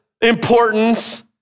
importance